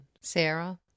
Sarah